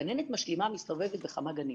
גננת משלימה מסתובבת בכמה גנים.